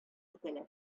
китәләр